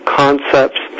concepts